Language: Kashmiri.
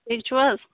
ٹھیٖک چھُو حظ